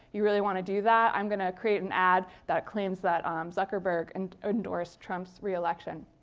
you really want to do that? i'm gonna create an ad that claims that um zuckerberg and endorsed trump's reelection.